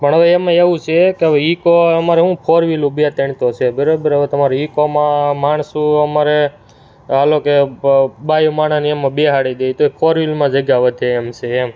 પણ એમાં એવું છે કે ઈકો અમારે હું ફોરવિલુ બે ત્રણ તો છે બરોબર હવે તો તમારે ઈકોમાં માણસો અમારે હાલો કે બાયો માણહને એમાં બેસાડી દઈએ તો ફોરવિલમાં જગ્તા વધે એમ છે એમ